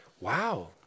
Wow